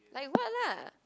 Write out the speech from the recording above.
like [what] lah